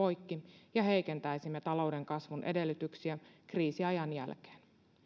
poikki ja heikentäisimme talouden kasvun edellytyksiä kriisiajan jälkeen